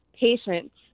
Patients